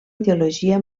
ideologia